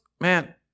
man